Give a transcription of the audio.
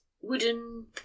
wooden